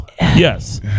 yes